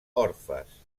orfes